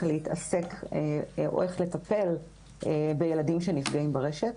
להתעסק או איך לטפל בילדים שנפגעים ברשת.